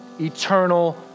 eternal